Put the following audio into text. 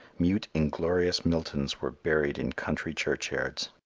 mute inglorious miltons were buried in country churchyards.